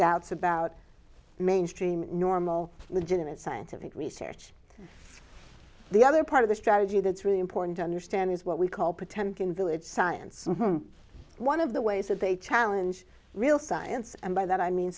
doubts about mainstream normal legitimate scientific research the other part of the strategy that's really important to understand is what we call potemkin village science one of the ways that they challenge real science and by that i mean